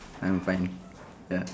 I'm fine ya